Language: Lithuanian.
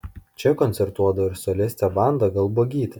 čia koncertuodavo ir solistė vanda galbuogytė